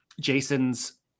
Jason's